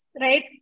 right